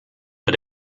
but